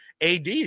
AD